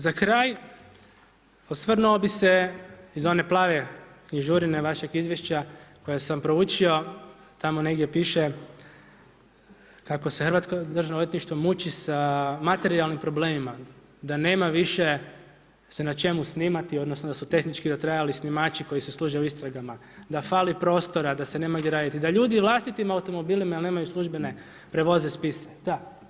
Za kraj osvrnuo bi se iz one plave knjižurine, vašeg izvješća koje sam proučio, tamo negdje piše kako se hrvatsko državno odvjetništvo muči sa materijalnim problemima, da nema više se na čemu snimati, odnosno da su tehnički dotrajali snimači koji se služe u istragama, da fali prostora, da se nema gdje raditi, da ljudi vlastitim automobilima jer nemaju službene prevoze spise, da.